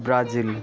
Brazil